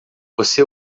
você